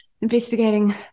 investigating